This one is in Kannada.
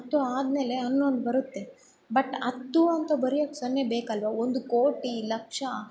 ಹತ್ತು ಆದಮೇಲೆ ಹನ್ನೊಂದು ಬರುತ್ತೆ ಬಟ್ ಹತ್ತು ಅಂತ ಬರಿಯೋಕ್ ಸೊನ್ನೆ ಬೇಕಲ್ವ ಒಂದು ಕೋಟಿ ಲಕ್ಷ